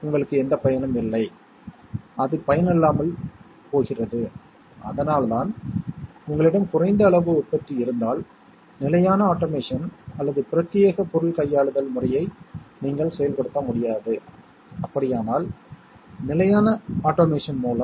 எனவே இது உங்களுக்கு ஒரு உதாரணம் தருகிறேன் நீங்களும் உங்கள் நண்பரும் ஒரு குறிப்பிட்ட கொண்டாட்டத்திற்குச் செல்கிறீர்கள் அல்லது ஒரு நிகழ்ச்சிக்குச் செல்கிறீர்கள் என்று வைத்துக்கொள்வோம்